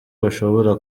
bashobora